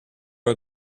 are